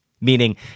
Meaning